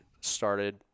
started